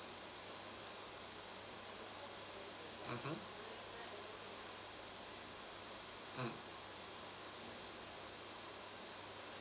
mmhmm mm